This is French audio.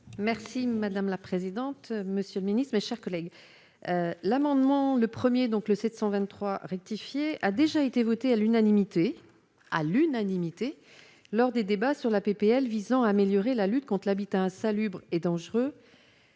Merci madame la présidente, monsieur le Ministre, mes chers collègues, l'amendement le 1er donc, le 723 rectifié a déjà été voté à l'unanimité, à l'unanimité lors des débats sur la PPL visant à améliorer la lutte contre l'habitat insalubre et dangereux,